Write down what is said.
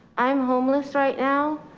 i'm homeless right now.